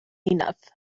enough